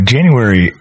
January